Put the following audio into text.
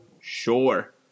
Sure